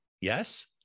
yes